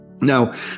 Now